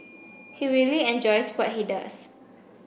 he really enjoys what he does